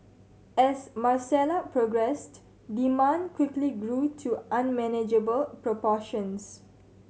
as Marcella progressed demand quickly grew to unmanageable proportions